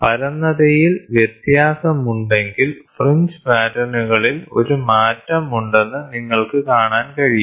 പരന്നതയിൽ വ്യത്യാസമുണ്ടെങ്കിൽ ഫ്രിഞ്ച് പാറ്റേണുകളിൽ ഒരു മാറ്റം ഉണ്ടെന്ന് നിങ്ങൾക്ക് കാണാൻ കഴിയും